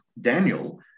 Daniel